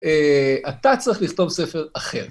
אתה צריך לכתוב ספר אחר.